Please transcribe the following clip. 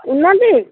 ଉନ୍ନତି